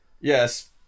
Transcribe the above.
Yes